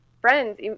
friends